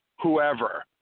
whoever